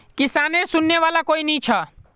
किसानेर सुनने वाला कोई नी छ